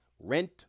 rent